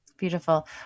Beautiful